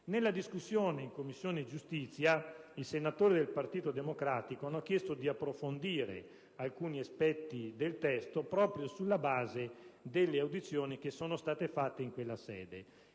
Nella discussione in Commissione giustizia, i senatori del Partito Democratico hanno chiesto di approfondire alcuni aspetti del testo, proprio sulla base delle audizioni che sono state svolte in quella sede.